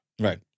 Right